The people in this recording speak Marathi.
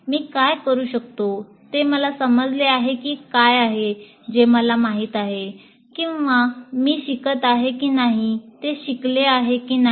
मी काय करू शकतो ते मला समजले आहे की काय आहे जे मला माहित आहे किंवा मी शिकत आहे की नाही हे शिकले आहे की नाही